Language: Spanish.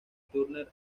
turner